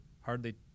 hardly